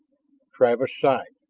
travis sighed.